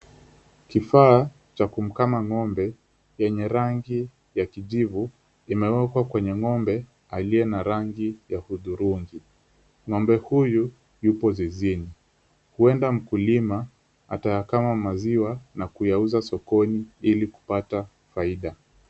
Kifaa cha kumkama ng'ombe yenye rangi ya kijivu imewekwa kwenye ng'ombe aliye na rangi ya hudhurungi. Ng'ombe huyu yupo zizini. Huenda mkulima atayakama maziwa na kuyauza sokoni ili kupata faida.